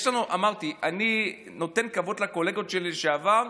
אני נותן כבוד לקולגות שלי לשעבר,